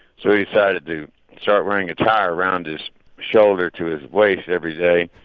so he decided to start wearing a tie around his shoulder to his waist every day.